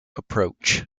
approach